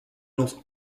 lance